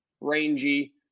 rangy